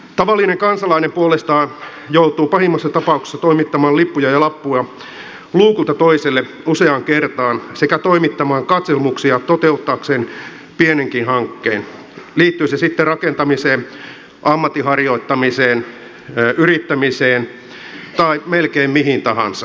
tavallinen kansalainen puolestaan joutuu pahimmassa tapauksessa toimittamaan lippua ja lappua luukulta toiselle useaan kertaan sekä toimittamaan katselmuksia toteuttaakseen pienenkin hankkeen liittyi se sitten rakentamiseen ammatin harjoittamiseen yrittämiseen tai melkein mihin tahansa